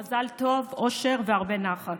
מזל טוב, אושר והרבה נחת.